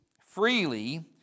Freely